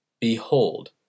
Behold